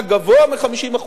היה גבוה מ-50%.